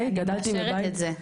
אני מאשרת את זה.